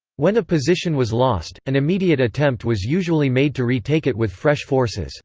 when a position was lost, an immediate attempt was usually made to re-take it with fresh forces